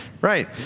right